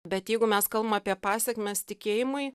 bet jeigu mes kalbam apie pasekmes tikėjimui